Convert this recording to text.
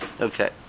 Okay